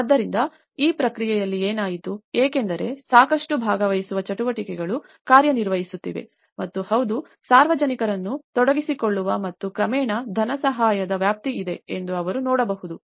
ಆದ್ದರಿಂದ ಆ ಪ್ರಕ್ರಿಯೆಯಲ್ಲಿ ಏನಾಯಿತು ಏಕೆಂದರೆ ಸಾಕಷ್ಟು ಭಾಗವಹಿಸುವ ಚಟುವಟಿಕೆಗಳು ಕಾರ್ಯನಿರ್ವಹಿಸುತ್ತಿವೆ ಮತ್ತು ಹೌದು ಸಾರ್ವಜನಿಕರನ್ನು ತೊಡಗಿಸಿಕೊಳ್ಳುವ ಮತ್ತು ಕ್ರಮೇಣ ಧನಸಹಾಯದ ವ್ಯಾಪ್ತಿ ಇದೆ ಎಂದು ಅವರು ನೋಡಬಹುದು